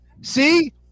See